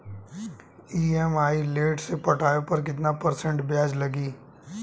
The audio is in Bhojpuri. ई.एम.आई लेट से पटावे पर कितना परसेंट ब्याज लगी?